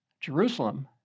Jerusalem